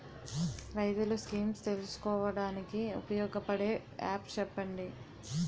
రైతులు స్కీమ్స్ తెలుసుకోవడానికి ఉపయోగపడే యాప్స్ చెప్పండి?